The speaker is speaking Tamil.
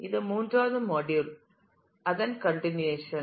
இது மூன்றாவது மாடியுல் அந்த கன்றினியேசன்